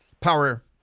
power